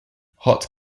hot